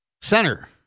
Center